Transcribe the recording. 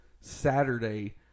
saturday